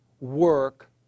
work